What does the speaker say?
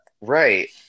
Right